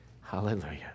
Hallelujah